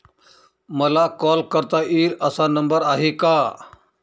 मला कॉल करता येईल असा नंबर आहे का?